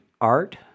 art